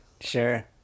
Sure